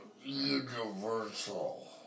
universal